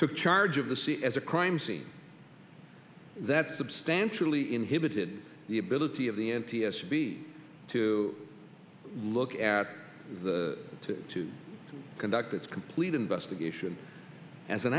took charge of the sea as a crime scene that substantially inhibited the ability of the n t s b to look at the to to conduct its complete investigation as an